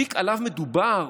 התיק שעליו מדובר,